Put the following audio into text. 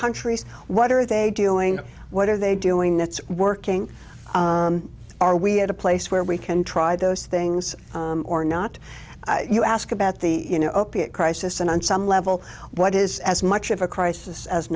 countries what are they doing what are they doing that's working are we at a place where we can try those things or not you ask about the you know opiate crisis and on some level what is as much of a crisis as